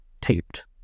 taped